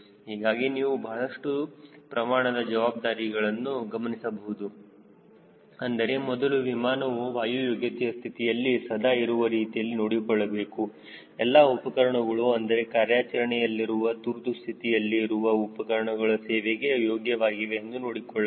ಹೀಗಾಗಿ ನೀವು ಬಹಳಷ್ಟು ಪ್ರಮಾಣದ ಜವಾಬ್ದಾರಿಗಳನ್ನು ಗಮನಿಸಬಹುದು ಅಂದರೆ ಮೊದಲು ವಿಮಾನವು ವಾಯು ಯೋಗ್ಯತೆಯ ಸ್ಥಿತಿಯಲ್ಲಿ ಸದಾ ಇರುವ ರೀತಿಯಲ್ಲಿ ನೋಡಿಕೊಳ್ಳಬೇಕು ಎಲ್ಲಾ ಉಪಕರಣಗಳು ಅಂದರೆ ಕಾರ್ಯಾಚರಣೆಯಲ್ಲಿರುವ ತುರ್ತು ಸ್ಥಿತಿಯಲ್ಲಿ ಇರುವ ಉಪಕರಣಗಳು ಸೇವೆಗೆ ಯೋಗ್ಯವಾಗಿವೆ ಎಂದು ನೋಡಿಕೊಳ್ಳಬೇಕು